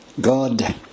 God